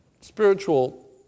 spiritual